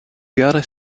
gare